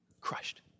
Crushed